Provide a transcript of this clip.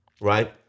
Right